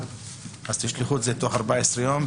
תשלחו בתוך 14 יום,